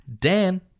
Dan